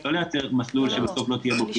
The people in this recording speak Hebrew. לא לייצר מסלול שבסוף לא תהיה בו פעילות.